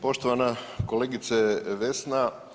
Poštovana kolegice Vesna.